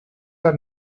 are